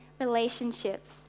relationships